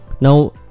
now